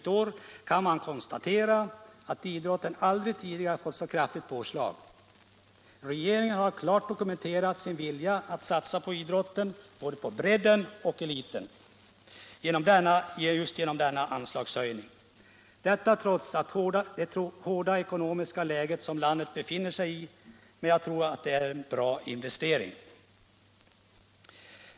Regeringen har klart dokumenterat sin vilja att satsa på idrotten, både på bredden och på eliten, genom denna anslagshöjning — detta trots det hårda ekonomiska läge som landet befinner sig i. Jag tror det är en bra investering.